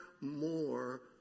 more